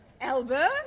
Albert